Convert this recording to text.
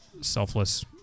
selfless